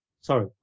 Sorry